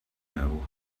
know